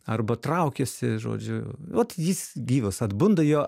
arba traukiasi žodžiu vat jis gyvas atbunda jo